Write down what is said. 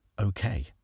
okay